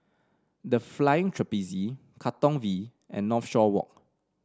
The Flying Trapeze Katong V and Northshore Walk